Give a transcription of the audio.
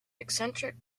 eccentric